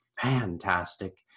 fantastic